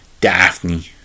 Daphne